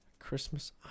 christmas